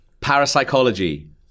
Parapsychology